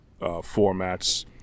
formats